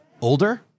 older